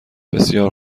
بسیار